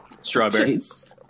Strawberries